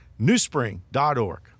newspring.org